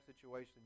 situation